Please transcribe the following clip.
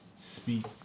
speak